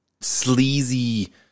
sleazy